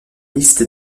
liste